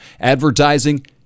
advertising